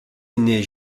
aîné